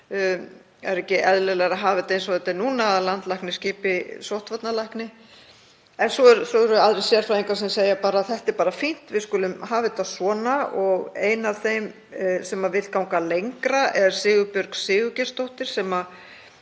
Er ekki eðlilegra að hafa þetta eins og þetta er núna, að landlæknir skipi sóttvarnalækni? Svo eru það aðrir sérfræðingar sem segja: Þetta er bara fínt. Við skulum hafa þetta svona. Ein af þeim sem vill ganga lengra er Sigurbjörg Sigurgeirsdóttir sem